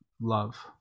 love